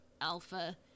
alpha